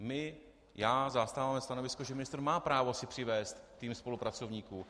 My, já, zastáváme stanovisko, že ministr má právo si přivést tým spolupracovníků.